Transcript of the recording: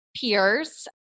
peers